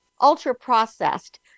ultra-processed